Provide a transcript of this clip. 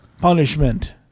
punishment